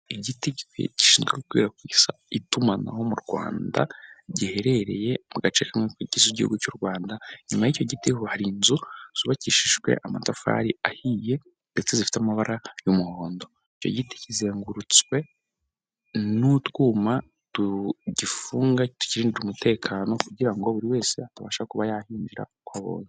Igiti gishinzwe gukwirakwiza itumanaho mu Rwanda, giherereye mu gace kamwe kagize igihugu cy'u Rwanda, nyuma y'icyo giti ho hari inzu zubakishijwe amatafari ahiye ndetse zifite amabara y'umuhondo. Icyo giti kizengurutswe n'utwuma tugifunga, tukirindira umutekano kugira ngo buri wese atabasha kuba yahinjira uko abonye.